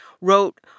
wrote